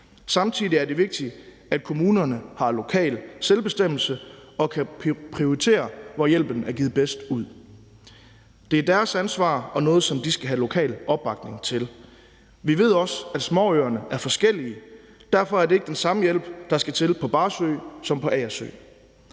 Samtidig er det vigtigt, at kommunerne har lokal selvbestemmelse og kan prioritere, hvor hjælpen er givet bedst ud. Det er deres ansvar og noget, som de skal have lokal opbakning til. Vi ved også, at småøerne er forskellige. Derfor er det ikke den samme hjælp, der skal til på Barsø som på Agersø.